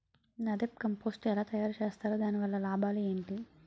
NADEP compost ఎలా తయారు చేస్తారు? దాని వల్ల లాభాలు ఏంటి?